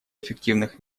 эффективных